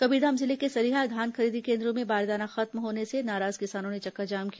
कबीरधाम जिले के सलिहा धान खरीदी केन्द्रों में बारदाना खत्म होने से नाराज किसानों ने चक्काजाम किया